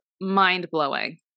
mind-blowing